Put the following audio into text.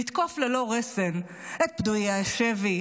לתקוף ללא רסן את פדויי השבי,